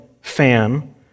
fan